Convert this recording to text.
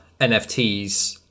NFTs